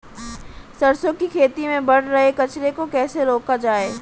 सरसों की खेती में बढ़ रहे कचरे को कैसे रोका जाए?